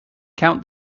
count